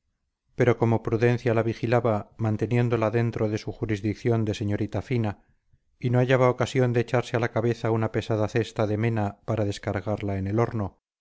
pero como prudencia la vigilaba manteniéndola dentro de su jurisdicción de señorita fina y no hallaba ocasión de echarse a la cabeza una pesada cesta de mena para descargarla en el horno